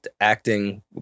acting